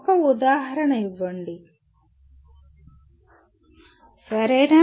ఒక ఉదాహరణ ఇవ్వండి సరేనా